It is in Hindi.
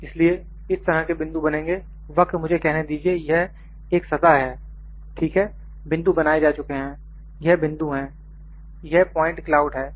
इसलिए इस तरह के बिंदु बनेंगे वक्र मुझे कहने दीजिए यह एक सतह है ठीक है बिंदु बनाए जा चुके हैं यह बिंदु हैं यह प्वाइंट क्लाउड है